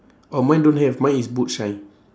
oh mine don't have mine is boot shine